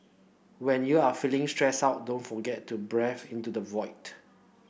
when you are feeling stressed out don't forget to breathe into the void